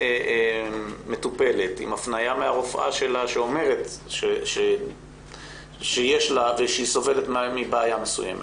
מטופלת עם הפניה מהרופאה שלה שאומרת שהיא סובלת מבעיה מסוימת?